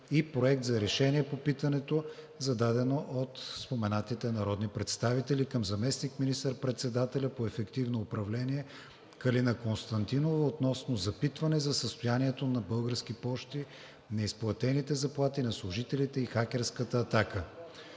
и Проект за решение по питането, зададено от споменатите народни представители, към заместник министър-председателя по ефективно управление Калина Константинова относно запитване за състоянието на „Български пощи“, неизплатените заплати на служителите и хакерската атака.